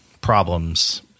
problems